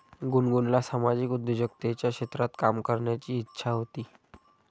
गुनगुनला सामाजिक उद्योजकतेच्या क्षेत्रात काम करण्याची इच्छा होती